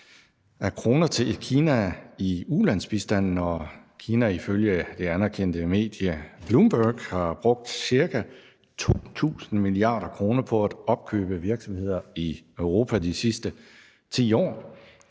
kroner til Kina i ulandsbistand, når Kina ifølge det anerkendte medie Bloomberg har brugt ca. 2.000 mia. kr. på at opkøbe virksomheder i Europa de sidste 10 år,